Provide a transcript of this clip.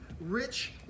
rich